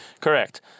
Correct